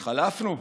התחלפנו?